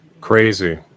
Crazy